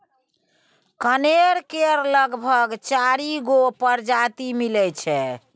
कनेर केर लगभग चारि गो परजाती मिलै छै